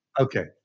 Okay